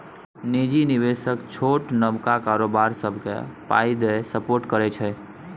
निजी निबेशक छोट नबका कारोबार सबकेँ पाइ दए सपोर्ट करै छै